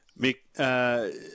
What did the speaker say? Mick